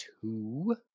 two